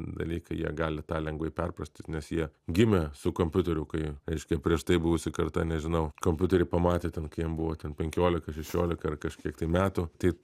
dalykai jie gali tą lengvai perprasti nes jie gimė su kompiuteriu kai reiškia prieš tai buvusi karta nežinau kompiuterį pamatė ten kai jiem buvo ten penkiolika šešiolika ir kažkiek tai metų tai